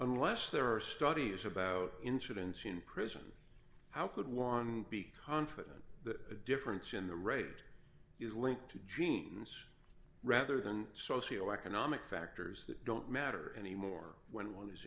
unless there are studies about incidents in prison how could one be confident that difference in the raid is linked to genes rather than socio economic factors that don't matter anymore when one